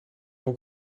all